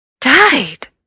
Died